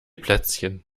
plätzchen